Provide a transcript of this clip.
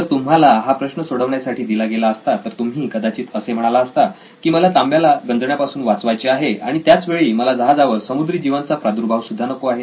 जर तुम्हाला हा प्रश्न सोडवण्यासाठी दिला गेला असता तर तुम्ही कदाचित असे म्हणाला असता की मला तांब्याला गंजण्यापासून वाचवायचे आहे आणि त्याच वेळी मला जहाजावर समुद्री जिवांचा प्रादुर्भाव सुद्धा नको आहे